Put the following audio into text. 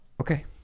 Okay